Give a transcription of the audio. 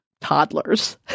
toddlers